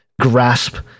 grasp